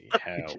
hell